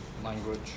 language